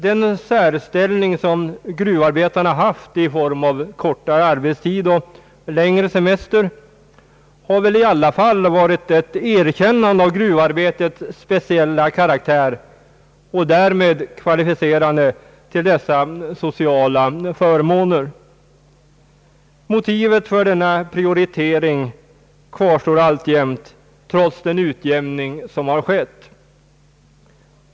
Den särställning som gruvarbetarna haft i form av kortare arbetstid och längre semester har väl i alla fall varit ett erkännande av gruvarbetets speciella karaktär, som kvalificerat till dessa sociala förmåner. Motivet för denna förmånsbehandling kvarstår alltjämt trots den utjämning som skett.